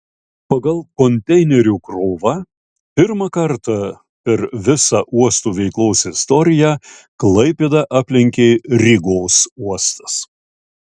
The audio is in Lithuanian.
pagal konteinerių krovą pirmą kartą per visa uostų veiklos istoriją klaipėdą aplenkė rygos uostas